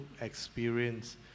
experience